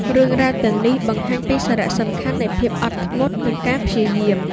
រឿងរ៉ាវទាំងនេះបង្ហាញពីសារៈសំខាន់នៃភាពអត់ធ្មត់ និងការព្យាយាម។